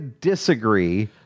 disagree